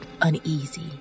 uneasy